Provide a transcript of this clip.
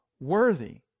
worthy